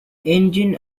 engine